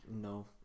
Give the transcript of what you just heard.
No